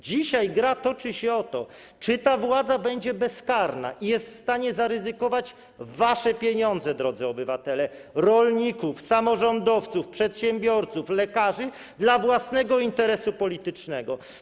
Dzisiaj gra toczy się o to, czy ta władza będzie bezkarna i jest w stanie zaryzykować wasze pieniądze, drodzy obywatele, rolników, samorządowców, przedsiębiorców, lekarzy, dla własnego interesu politycznego.